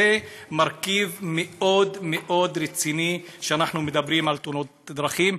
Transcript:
זה מרכיב מאוד מאוד רציני כשאנחנו מדברים על תאונות דרכים,